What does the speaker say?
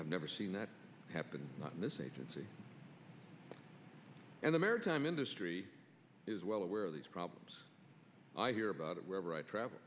i've never seen that happen this agency and the maritime industry is well aware of these problems i hear about it wherever i travel